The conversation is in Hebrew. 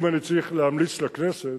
אם אני צריך להמליץ לכנסת,